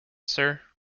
sir